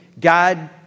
God